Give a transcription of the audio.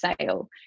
sale